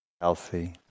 Healthy